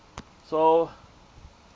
so